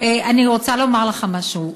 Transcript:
אני רוצה לומר לך משהו,